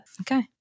Okay